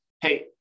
hey